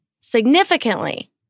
significantly